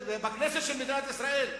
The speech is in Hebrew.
שבכנסת של מדינת ישראל,